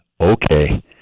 okay